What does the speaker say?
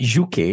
UK